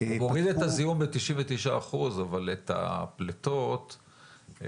הוא מוריד את הזיהום ב-99% אבל את הפליטות שיוצרות,